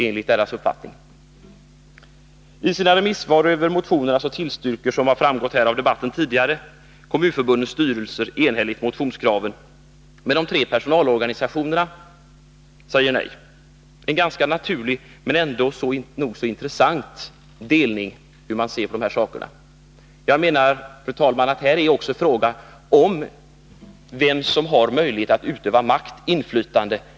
I sina remissvar över motionerna 215 och 1430 tillstyrker, som tidigare har framgått av debatten, de två kommunförbundens styrelser enhälligt motionskraven, medan de tre personalorganisationerna säger nej. Det är en ganska naturlig, men ändå nog så intressant uppdelning. Här är det också, fru talman, fråga om vem som har möjlighet att utöva makt och inflytande.